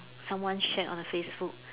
someone shared on the Facebook